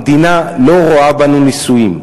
המדינה לא רואה בנו נשואים.